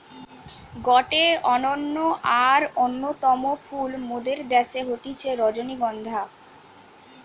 গটে অনন্য আর অন্যতম ফুল মোদের দ্যাশে হতিছে রজনীগন্ধা